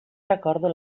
recordo